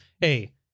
Hey